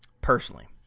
personally